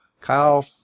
Kyle